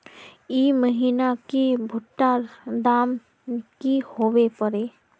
ई महीना की भुट्टा र दाम की होबे परे?